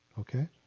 Okay